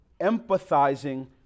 empathizing